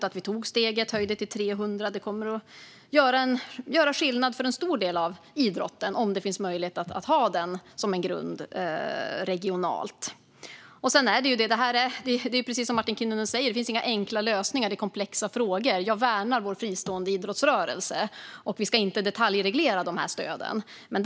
Att vi tog steget och höjde till 300 kommer dock att göra skillnad för en stor del av idrotten, om det finns möjlighet att ha det som en grund regionalt. Precis som Martin Kinnunen säger finns det inga enkla lösningar; det är komplexa frågor. Jag värnar vår fristående idrottsrörelse, och vi ska inte detaljreglera stöden.